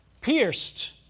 pierced